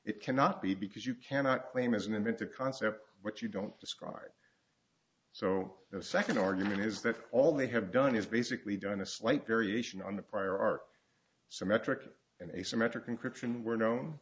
it cannot be because you cannot claim as an inventor concept what you don't describe so the second argument is that all they have done is basically done a slight variation on the prior art symmetric and asymmetric encryption where no